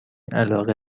علاقه